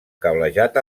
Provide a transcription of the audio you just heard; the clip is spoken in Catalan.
cablejat